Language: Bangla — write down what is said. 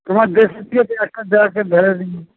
তোমার দেশের থেকে একটা ধরে